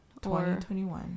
2021